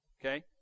Okay